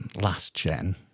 last-gen